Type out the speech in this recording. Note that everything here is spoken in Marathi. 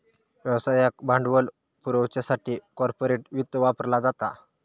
व्यवसायाक भांडवल पुरवच्यासाठी कॉर्पोरेट वित्त वापरला जाता